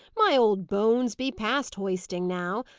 my old bones be past hoisting now.